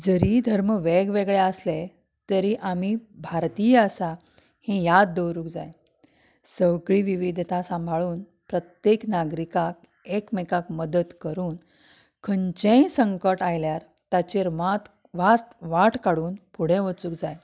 जरी धर्म वेगवेगळे आसलें तरी आमी भारतीय आसा हें याद दवरूंक जाय सगळीं विविधता साबंळून प्रत्येक नागरिकाक एकमेकाक मदत करून खंयचेय संकट आयल्यार ताचेर मात वात वाट काडून फुडें वचूंक जाय